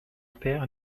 père